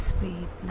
Sweet